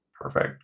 Perfect